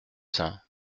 saint